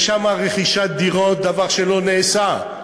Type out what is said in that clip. יש שם רכישת דירות, דבר שלא נעשה.